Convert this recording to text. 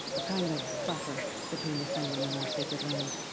a kind of. buffer. between the sundom and our sacred land.